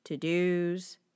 to-dos